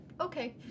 okay